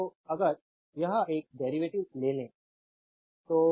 तो अगर यह एक का डेरीवेटिव ले लो